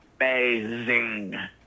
amazing